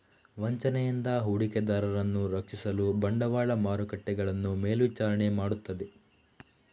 ವಂಚನೆಯಿಂದ ಹೂಡಿಕೆದಾರರನ್ನು ರಕ್ಷಿಸಲು ಬಂಡವಾಳ ಮಾರುಕಟ್ಟೆಗಳನ್ನು ಮೇಲ್ವಿಚಾರಣೆ ಮಾಡುತ್ತದೆ